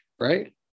right